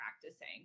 practicing